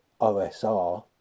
OSR